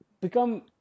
become